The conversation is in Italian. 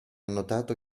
notato